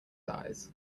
eyes